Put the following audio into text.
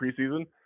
preseason